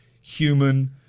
human